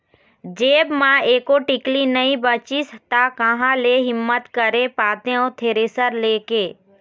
जेब म एको टिकली नइ बचिस ता काँहा ले हिम्मत करे पातेंव थेरेसर ले के